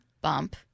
Bump